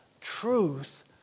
truth